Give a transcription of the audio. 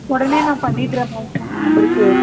உடனே நான் பண்ணிடுறேன் மேம் உங்கள் நம்பருக்கு